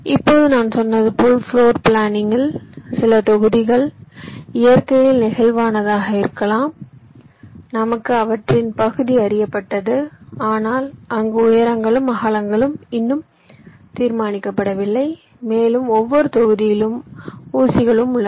இப்போது நான் சொன்னது போல் பிளோர் பிளானிங் இல் சில தொகுதிகள் இயற்கையில் நெகிழ்வானதாக இருக்கலாம் நமக்கு அவற்றின் பகுதி அறியப்பட்டது ஆனால் அங்கு உயரங்களும் அகலங்களும் இன்னும் தீர்மானிக்கப்படவில்லை மேலும் ஒவ்வொரு தொகுதியிலும் ஊசிகளும் உள்ளன